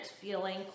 feeling